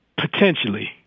Potentially